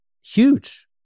Huge